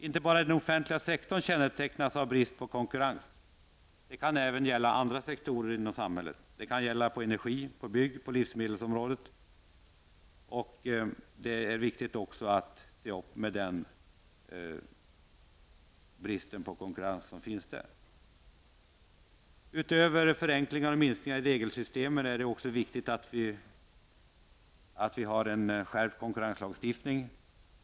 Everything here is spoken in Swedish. Inte bara den offentliga sektorn kännetecknas av brist på konkurrens. Detsamma gäller även andra sektorer inom samhället, bl.a. energi-, byggnadsoch livsmedelssektorn. Det är viktigt att vi ser upp med den brist på konkurrens som finns på dessa områden. Utöver förenklingar och minskningar i regelsystemen är det viktigt att vi får en skärpt konkurrenslagstiftning.